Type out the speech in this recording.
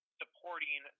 supporting